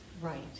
right